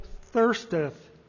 thirsteth